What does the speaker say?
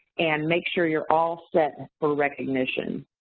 and make sure you're all set for recognition.